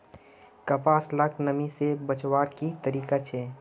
कपास लाक नमी से बचवार की तरीका छे?